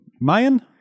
Mayan